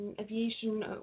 aviation